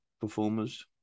performers